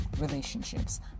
relationships